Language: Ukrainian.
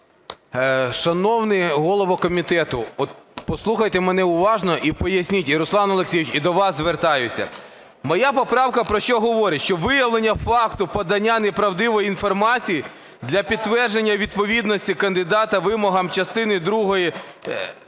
Шановний голово комітету, послухайте мене уважно і поясніть. Руслан Олексійович, і до вас звертаюся. Моя поправка про що говорить, що виявлення факту подання неправдивої інформації для підтвердження відповідності кандидата вимогам частини другої